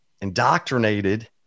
indoctrinated